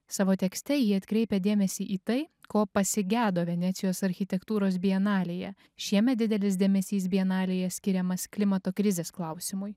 savo tekste ji atkreipia dėmesį į tai ko pasigedo venecijos architektūros bienalėje šiemet didelis dėmesys bienalėje skiriamas klimato krizės klausimui